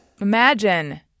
Imagine